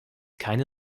keine